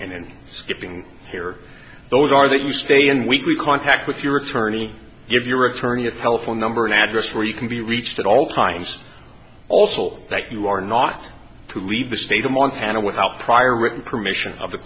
in skipping here those are that you stay in weekly contact with your attorney give your attorney of telephone number an address where you can be reached at all times also that you are not to leave the state of montana without prior written permission of the